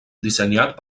dissenyat